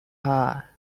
her